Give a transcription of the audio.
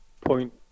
point